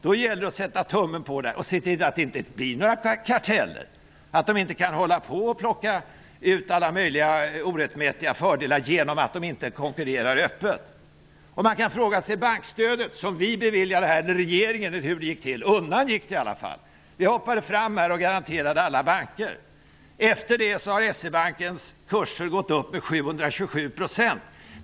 Då gäller det att sätta tummen på ögat på dem och se till att det inte blir några karteller, att de inte kan hålla på och ta ut alla möjliga orättmätiga fördelar genom att de inte konkurrerar öppet. Sedan vi eller regeringen eller hur det nu gick till -- undan gick det i alla fall -- beviljade bankstödet har S--E-Bankens kurs gått upp med 727 %.